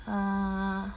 uh